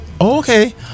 okay